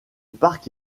parc